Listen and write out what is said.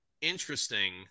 interesting